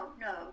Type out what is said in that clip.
no